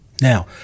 Now